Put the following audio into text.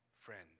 friend